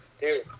dude